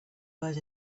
words